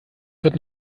wird